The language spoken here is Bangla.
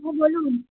হ্যাঁ বলুন